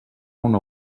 una